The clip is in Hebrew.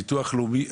והביטוח הלאומי?